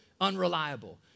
unreliable